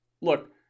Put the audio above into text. Look